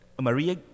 Maria